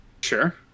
Sure